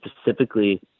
specifically